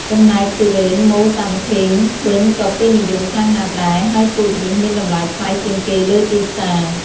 ចំណែកទុរេនមូសាន់ឃីង វិញក៏ពេញនិយមខ្លាំងណាស់ដែរ ហើយពូជនេះមានតម្លៃថ្លៃជាងគេលើទីផ្សារ។